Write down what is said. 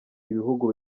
ibihugu